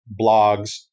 blogs